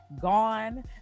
gone